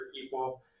people